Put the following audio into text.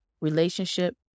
relationship